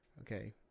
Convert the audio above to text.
Okay